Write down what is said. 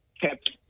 kept